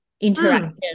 interaction